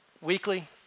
Weekly